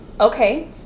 Okay